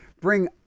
bring